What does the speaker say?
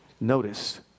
Notice